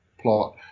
plot